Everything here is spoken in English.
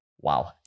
Wow